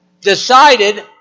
decided